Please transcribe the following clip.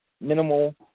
minimal